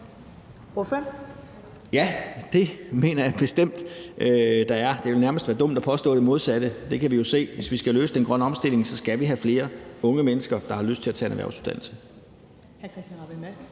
Ja, det mener jeg bestemt at der er. Det ville nærmest være dumt at påstå det modsatte. Det kan vi jo se. Hvis vi skal lykkes med den grønne omstilling, skal vi have flere unge mennesker, der har lyst til at tage en erhvervsuddannelse.